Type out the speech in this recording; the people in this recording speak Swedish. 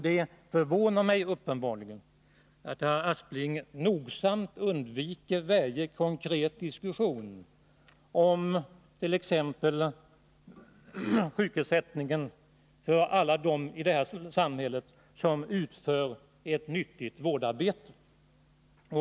Det förvånar mig att herr Aspling nogsamt undviker varje konkret diskussion om t.ex. sjukersättningen för alla dem i detta samhälle som utför ett nyttigt vårdarbete.